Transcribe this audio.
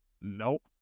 nope